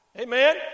Amen